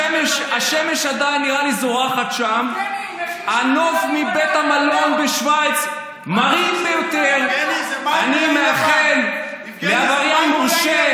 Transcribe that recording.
זו אותה שעה כמו במקומות שאיווט ליברמן מפקיד בהם את הכסף.